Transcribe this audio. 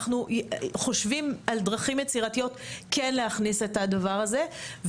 אנחנו חושבים על דרכים יצירתיות כן להכניס את הדבר הזה.